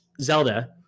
zelda